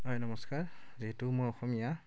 হয় নমস্কাৰ যিহেতু মই অসমীয়া